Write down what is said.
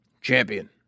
Champion